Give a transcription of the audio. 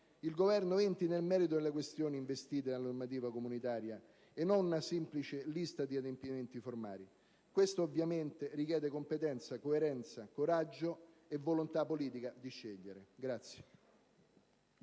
il Governo entri nel merito delle questioni investite dalla normativa comunitaria, e non sia una semplice lista di adempimenti formali. Questo, ovviamente, richiede competenza, coerenza, coraggio e volontà politica di scegliere.